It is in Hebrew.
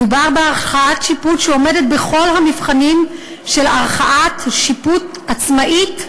מדובר בערכאת שיפוט שעומדת בכל המבחנים של ערכאת שיפוט עצמאית,